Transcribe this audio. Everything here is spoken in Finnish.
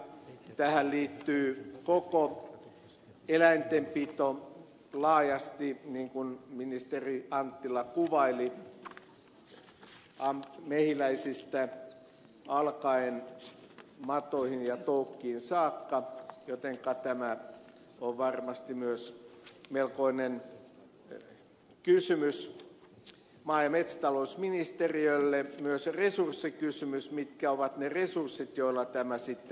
tähän liittyy koko eläintenpito laajasti niin kuin ministeri anttila kuvaili mehiläisistä alkaen matoihin ja toukkiin saakka jotenka tämä on varmasti myös melkoinen kysymys maa ja metsätalousministeriölle myös resurssikysymys mitkä ovat ne resurssit joilla tämä sitten toteutetaan